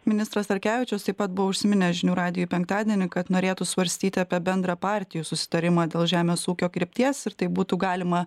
ministras narkevičius taip pat buvo užsiminęs žinių radijui penktadienį kad norėtų svarstyti apie bendrą partijų susitarimą dėl žemės ūkio krypties ir tai būtų galima